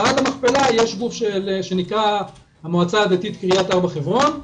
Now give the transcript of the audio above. במערת המכפלה יש גוף שנקרא המועצה הדתית קריית ארבע חברון,